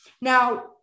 now